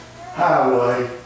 Highway